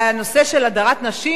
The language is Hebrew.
והנושא של הדרת נשים,